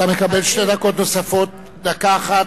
אתה מקבל שתי דקות נוספות: דקה אחת,